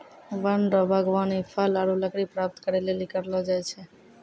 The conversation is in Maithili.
वन रो वागबानी फल आरु लकड़ी प्राप्त करै लेली करलो जाय छै